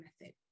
method